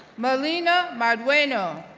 melina mardueno,